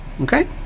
Okay